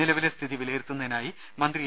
നിലവിലെ സ്ഥിതി വിലയിരുത്തുന്ന തിനായി മന്ത്രി എ